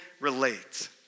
relate